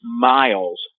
miles